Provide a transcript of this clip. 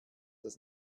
das